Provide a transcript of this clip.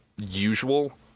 usual